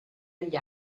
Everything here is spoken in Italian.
agli